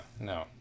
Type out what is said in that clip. no